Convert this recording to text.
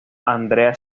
andrea